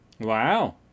Wow